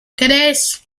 tres